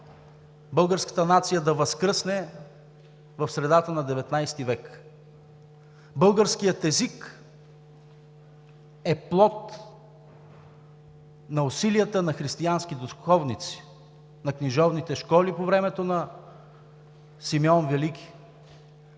българската нация да възкръсне в средата на XIX век. Българският език е плод на усилията на християнски духовници, на книжовните школи по времето на Симеон Велики.